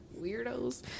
Weirdos